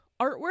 artwork